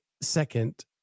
second